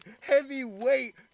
Heavyweight